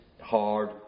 hard